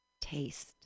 Taste